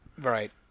Right